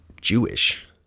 Jewish